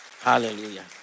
Hallelujah